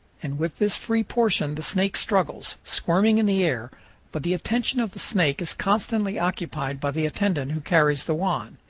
and with this free portion the snake struggles, squirming in the air but the attention of the snake is constantly occupied by the attendant who carries the wand.